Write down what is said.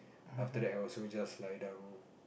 after that I also just lie down